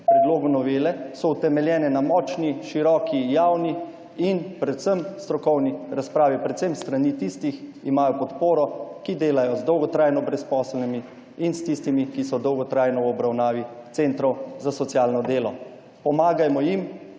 predlogu novele, so utemeljeni na močni, široki, javni in predvsem strokovni razpravi, podporo imajo predvsem s strani tistih, ki delajo z dolgotrajno brezposelnimi in s tistimi, ki so dolgotrajno v obravnavi centrov za socialno delo. Pomagajmo jim